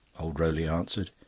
old rowley answered.